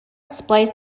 spliced